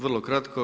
Vrlo kratko.